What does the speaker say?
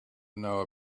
know